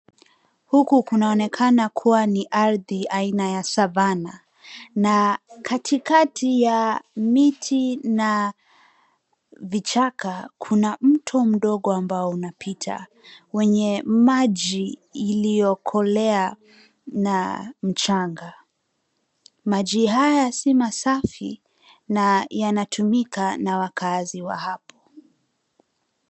Huku kunaonekana kuwa ni ardhi aina ya savana na katikati ya miti na vichaka kuna mto mdogo ambao unapita wenye maji iliyokolea na mchanga. Maji haya si masafi na yanatumika na wakaazi wa hapo.